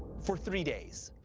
for three days.